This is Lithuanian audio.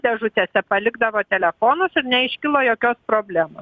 dėžutėse tepalikdavo telefonus ir neiškilo jokios problemos